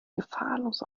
gefahrlos